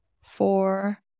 four